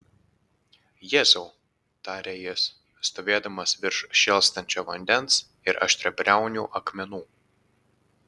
jėzau tarė jis stovėdamas virš šėlstančio vandens ir aštriabriaunių akmenų